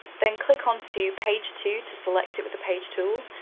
then click on to page two to select it with the page tool.